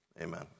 Amen